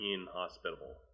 inhospitable